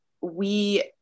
we-